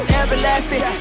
everlasting